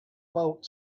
boat